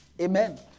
Amen